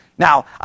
Now